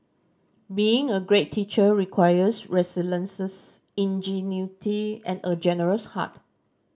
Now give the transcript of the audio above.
being a great teacher requires ingenuity and a generous heart